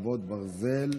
חרבות ברזל),